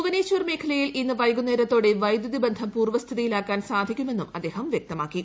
ഭൂവനേശ്വർ മേഖലയിൽ ഇന്ന് വൈകുന്നേരത്തോടെ വൈദ്യുതി ബന്ധം പൂർവ്വ സ്ഥിതിയിലാക്കാൻ സാധിക്കുമെന്നും അദ്ദേഹം വ്യക്തമാക്കി